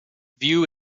view